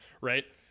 right